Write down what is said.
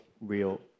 real